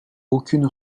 aucune